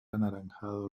anaranjado